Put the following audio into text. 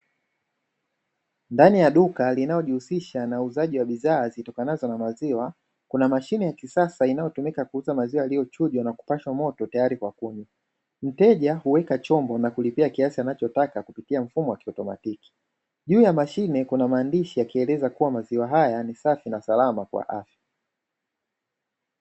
Ndani ya duka linaojihusisha na uuzaji wa bidhaa zitokanazo na maziwa, kuna mashine ya kisasa inayotumika kuuza maziwa yaliyochujwa na kupashwa moto tayari kwa kunywa mteja kuweka chombo na kulipia kiasi anachotaka kupitia mfumo wa kiatomatiki, juu ya mashine kuna maandishi yakieleza kuwa maziwa haya ni safi na salama kwa afya.